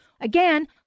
Again